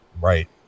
Right